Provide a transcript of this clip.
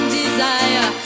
desire